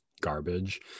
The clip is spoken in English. garbage